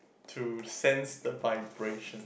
to sense the vibration